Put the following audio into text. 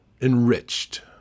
enriched